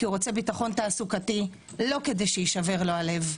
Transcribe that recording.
כשהוא רוצה ביטחון תעסוקתי לא כדי שיישבר לו הלב.